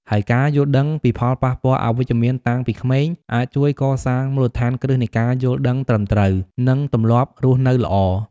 ហើយការយល់ដឹងពីផលប៉ះពាល់អវិជ្ជមានតាំងពីក្មេង អាចជួយកសាងមូលដ្ឋានគ្រឹះនៃការយល់ដឹងត្រឹមត្រូវ និងទម្លាប់រស់នៅល្អ។